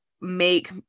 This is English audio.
make